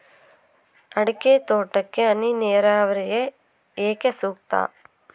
ಅಡಿಕೆ ತೋಟಕ್ಕೆ ಹನಿ ನೇರಾವರಿಯೇ ಏಕೆ ಸೂಕ್ತ?